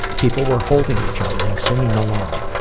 people were holding each other and singing along.